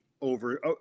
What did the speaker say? over